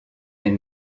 est